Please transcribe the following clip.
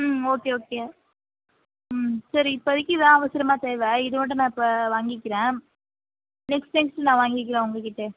ம் okay okay ம் சரி இப்பதிக்கு இதான் அவசரமாக தேவை இது மட்டும் நான் இப்போ வாங்கிக்கிறேன் நெக்ஸ்ட் நெக்ஸ்ட் நான் வாங்கிக்கிறேன் உங்கள்கிட்ட